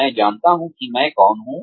मैं जानता हूँ कि मैं कौन हूँ